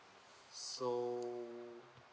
so